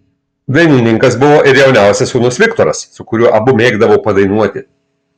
dainininkas buvo ir jauniausias sūnus viktoras su kuriuo abu mėgdavo padainuoti